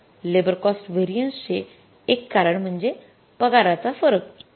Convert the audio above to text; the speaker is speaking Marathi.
तर लेबर कॉस्ट व्हेरिएन्सेस चे एक कारण म्हणजे पगाराचे फरक